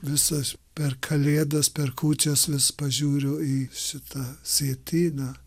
visas per kalėdas per kūčias vis pažiūriu į šitą sietyną